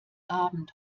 abend